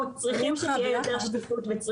אנחנו צריכים שתהיה יותר שקיפות ואנחנו